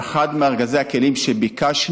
הוא אחד מארגזי הכלים שביקשנו,